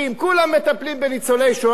כולם מטפלים בניצולי השואה,